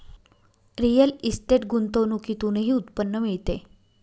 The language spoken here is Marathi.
रिअल इस्टेट गुंतवणुकीतूनही उत्पन्न मिळते